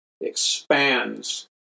expands